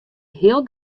hiel